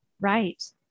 Right